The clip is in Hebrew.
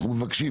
אנחנו מבקשים,